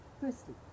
Firstly